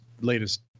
latest